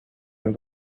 and